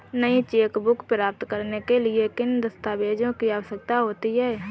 नई चेकबुक प्राप्त करने के लिए किन दस्तावेज़ों की आवश्यकता होती है?